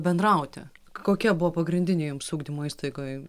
bendrauti kokie buvo pagrindiniai jums ugdymo įstaigoj